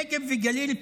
נגב וגליל,